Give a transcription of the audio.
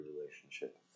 relationship